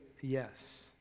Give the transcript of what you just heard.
yes